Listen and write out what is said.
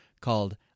called